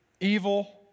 Evil